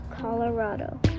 Colorado